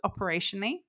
operationally